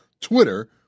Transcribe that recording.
Twitter